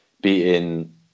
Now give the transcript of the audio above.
beating